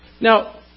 Now